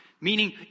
meaning